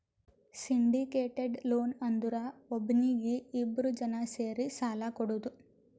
syndicated loan ಅಂದುರ್ ಒಬ್ನೀಗಿ ಇಬ್ರು ಜನಾ ಸೇರಿ ಸಾಲಾ ಕೊಡೋದು